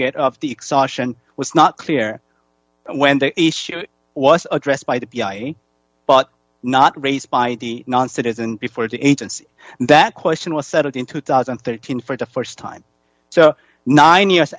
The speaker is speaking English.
get of the exhaustion was not clear when the issue was addressed by the cia but not raised by the non citizen before the agency that question was settled in two thousand and thirteen for the st time so nine years